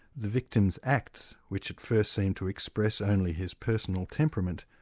the victim's acts which at first seem to express only his personal temperament,